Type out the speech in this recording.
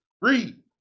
Read